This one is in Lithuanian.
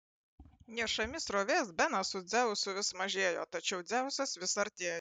nešami srovės benas su dzeusu vis mažėjo tačiau dzeusas vis artėjo